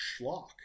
schlock